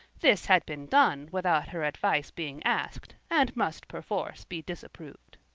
this had been done without her advice being asked, and must perforce be disapproved.